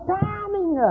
timing